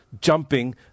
jumping